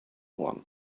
one